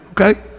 okay